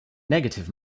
negative